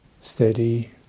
steady